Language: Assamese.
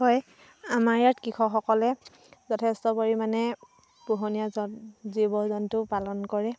হয় আমাৰ ইয়াত কৃষকসকলে যথেষ্ট পৰিমাণে পোহনীয়া জীৱ জন্তু পালন কৰে